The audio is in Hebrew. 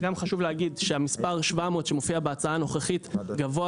גם חשוב להגיד שהמספר 700 שמופיע בהצעה הנוכחית גבוה